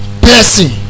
blessing